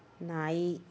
ನಾಯಿ